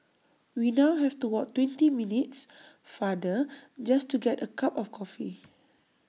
we now have to walk twenty minutes farther just to get A cup of coffee